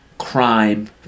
crime